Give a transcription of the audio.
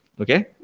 okay